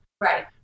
right